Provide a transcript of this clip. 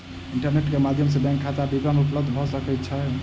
internet के माध्यम सॅ बैंक खाता विवरण उपलब्ध भ सकै छै